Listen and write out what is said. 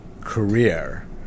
career